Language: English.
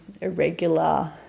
irregular